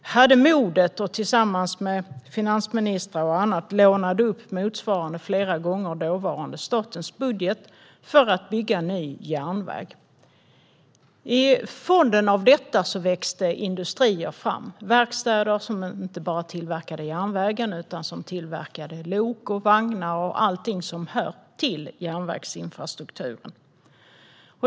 De hade modet att tillsammans med finansministrar och andra låna upp motsvarande flera gånger dåvarande statens budget för att bygga ny järnväg. Mot fonden av detta växte industrier fram, till exempel verkstäder som inte bara tillverkade själva järnvägen utan som tillverkade lok, vagnar och allt som hör till järnvägsinfrastrukturen.